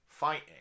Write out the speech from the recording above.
fighting